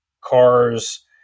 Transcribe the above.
cars